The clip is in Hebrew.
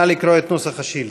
נא לקרוא את נוסח השאילתה.